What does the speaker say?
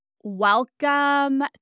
Welcome